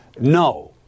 no